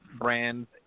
brands